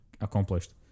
accomplished